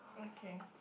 okay